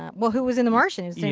um well who was in the martian? it's